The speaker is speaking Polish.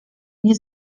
nie